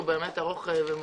זהו באמת חוק ארוך ומורכב.